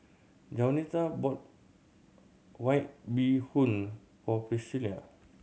Jaunita bought White Bee Hoon for Pricilla